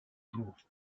jours